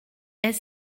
est